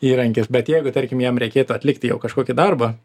įrankis bet jeigu tarkim jam reikėtų atlikti jau kažkokį darbą